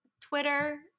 Twitter